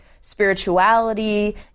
spirituality